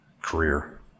career